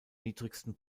niedrigsten